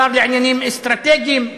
שר לעניינים אסטרטגיים,